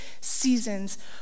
seasons